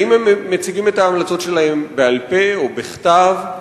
2. האם הם מציגים את ההמלצות שלהם בעל-פה או בכתב?